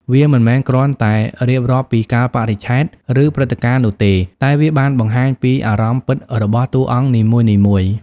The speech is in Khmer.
វាមិនមែនគ្រាន់តែរៀបរាប់ពីកាលបរិច្ឆេទ ឬព្រឹត្តិការណ៍នោះទេ តែវាបានបង្ហាញពីអារម្មណ៍ពិតរបស់តួអង្គនីមួយៗ។